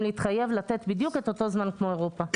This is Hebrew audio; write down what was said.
להתחייב לתת בדיוק אותו זמן כמו באירופה.